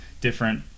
different